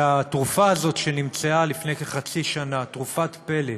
התרופה הזאת, שנמצאה לפני כחצי שנה, תרופת פלא,